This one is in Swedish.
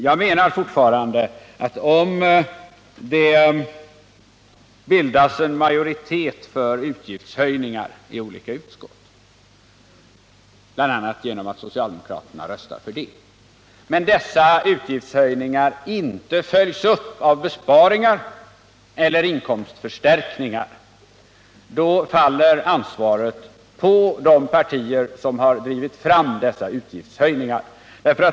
Jag vidhåller min uppfattning att om det i olika utskott bildas en majoritet för utgiftshöjningar — bl.a. genom att socialdemokraterna röstar för sådana — men dessa utgiftshöjningar inte följs upp av besparingar eller inkomstförstärkningar, så faller ansvaret på de partier som drivit fram dessa utgiftshöjningar.